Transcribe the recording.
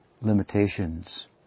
Limitations